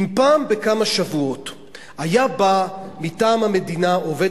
אם פעם בכמה שבועות היה בא מטעם המדינה עובד